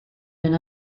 than